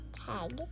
tag